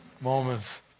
moments